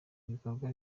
ibikorwa